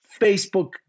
Facebook